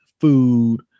food